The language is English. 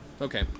Okay